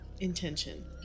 intention